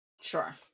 Sure